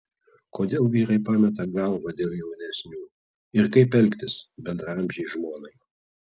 kodėl vyrai pameta galvas dėl jaunesnių ir kaip elgtis bendraamžei žmonai